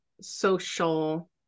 social